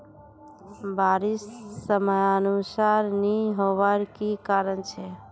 बारिश समयानुसार नी होबार की कारण छे?